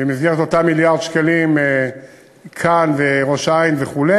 במסגרת אותם מיליארד שקלים כאן ובראש-העין וכו',